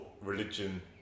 religion